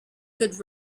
could